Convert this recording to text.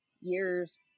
years